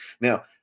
Now